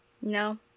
No